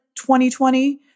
2020